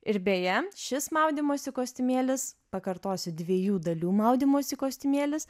ir beje šis maudymosi kostiumėlis pakartosiu dviejų dalių maudymosi kostiumėlis